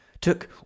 took